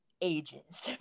ages